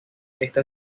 esta